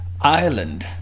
Ireland